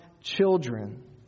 children